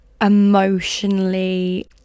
emotionally